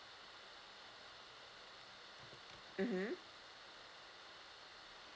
mmhmm